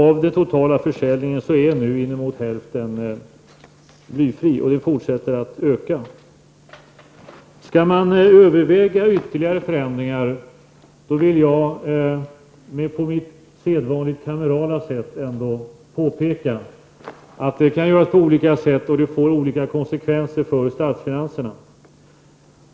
Av den totala försäljningen utgörs nu uppemot hälften av försäljning av blyfri bensin, och den fortsätter att öka. Om vi skall överväga ytterligare förändringar vill jag på mitt sedvanligt kamerala sätt ändå påpeka att det kan vi göra på olika sätt, och det får olika konsekvenser för statsfinanserna.